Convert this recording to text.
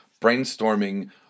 brainstorming